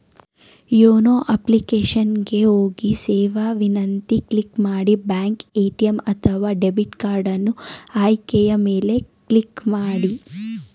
YONO application ಗೆ ಹೋಗಿ ಸೇವಾ ವಿನಂತಿ ಕ್ಲಿಕ್ ಮಾಡಿ ಬ್ಲಾಕ್ ಎ.ಟಿ.ಎಂ ಅಥವಾ ಡೆಬಿಟ್ ಕಾರ್ಡನ್ನು ಆಯ್ಕೆಯ ಮೇಲೆ ಕ್ಲಿಕ್ ಮಾಡಿ